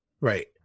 Right